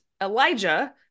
Elijah